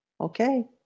Okay